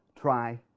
try